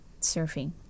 surfing